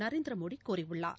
நரேந்திரமோடிகூறியுள்ளார்